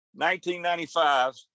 1995